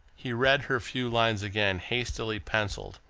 he read her few lines again, hastily pencilled,